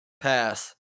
Pass